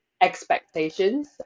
expectations